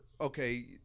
Okay